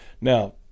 now